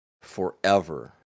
forever